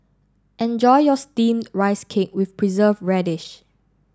enjoy your Steamed Rice Cake with Preserved Radish